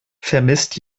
vermisst